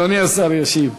אדוני השר ישיב.